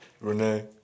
Renee